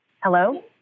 Hello